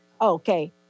Okay